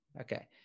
okay